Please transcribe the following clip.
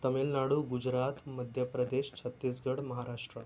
Tamil Nadu Gujarat Madhya Pradesh Chhattisgarh Maharashtra